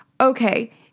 okay